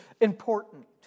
important